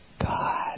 God